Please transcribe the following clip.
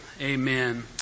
Amen